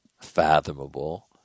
fathomable